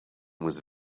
was